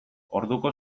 orduko